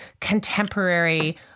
contemporary